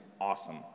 awesome